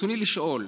רצוני לשאול: